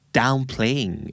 downplaying